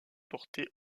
porté